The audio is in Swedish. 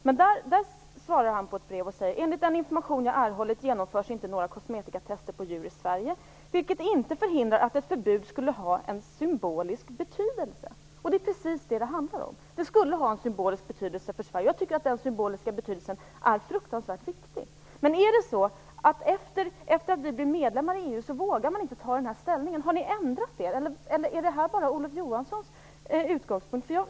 Där skriver han: Enligt den information som jag har erhållit genomförs inte några kosmetikatester på djur i Sverige, vilket inte förhindrar att ett förbud skulle ha en symbolisk betydelse. Det är precis det som det handlar om. Ett förbud skulle ha en symbolisk betydelse för Sverige, och jag tycker att den betydelsen är fruktansvärt viktig. Men är det så att efter det att vi blev medlemmar i EU så vågar man inte ta ställning? Har ni ändrat er? Eller är det här bara Olof Johanssons utgångspunkt?